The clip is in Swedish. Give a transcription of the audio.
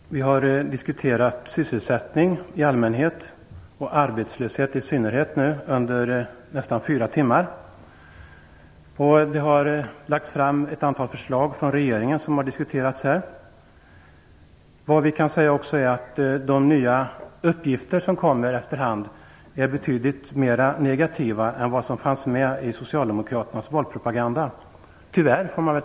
Herr talman! Vi har diskuterat sysselsättning i allmänhet och arbetslöshet i synnerhet under nästan fyra timmar. Regeringen har lagt fram ett antal förslag som har diskuterats. De nya uppgifter som kommer efter hand är tyvärr betydligt mer negativa än de besked som gavs i socialdemokraternas valpropaganda.